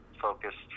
focused